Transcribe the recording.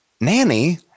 nanny